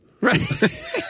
Right